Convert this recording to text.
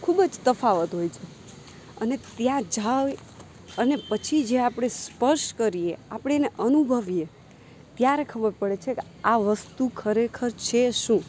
ખૂબ જ તફાવત હોય છે અને ત્યાં જાય અને પછી જે આપણે સ્પર્શ કરીએ આપણે એને અનુભવીએ ત્યારે ખબર પડે છે કે આ વસ્તુ ખરેખર છે શું